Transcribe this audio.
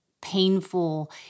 painful